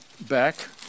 back